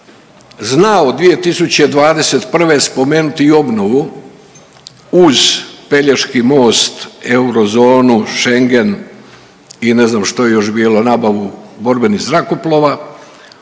znao 2021. spomenuti i obnovu uz Pelješki most, eurozonu, Schengen i ne znam što je još bilo nabavu borbenih zrakoplova